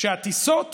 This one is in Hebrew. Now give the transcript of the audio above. שהטיסות